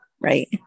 right